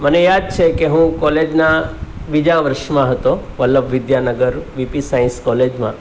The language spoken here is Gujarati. મને યાદ છે કે હું કોલેજના બીજા વર્ષમાં હતો Vallabh Vidyanagar P P science કોલેજમાં